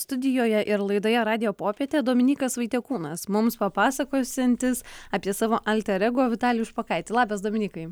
studijoje ir laidoje radijo popietė dominykas vaitiekūnas mums papasakosiantis apie savo alter ego vitalijų špokaitį labas dominykai